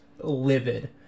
livid